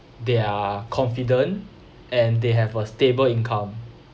they are confident and they have a stable income